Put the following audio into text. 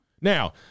Now